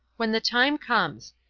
when the time comes.